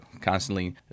constantly